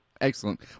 Excellent